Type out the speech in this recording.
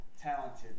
talented